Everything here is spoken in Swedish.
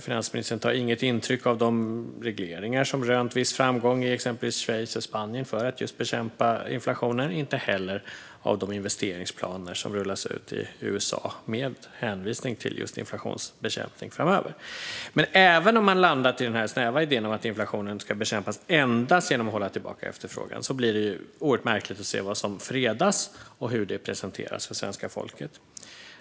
Finansministern tar inget intryck av de regleringar som rönt viss framgång i exempelvis Schweiz och Spanien för att just bekämpa inflationen, inte heller av de investeringsplaner som rullas ut i USA med hänvisning till inflationsbekämpning framöver. Men även om man landat i den snäva idén om att inflationen ska bekämpas endast genom att hålla tillbaka efterfrågan blir det oerhört märkligt att se vad som fredas och hur det presenteras för svenska folket.